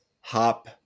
Hop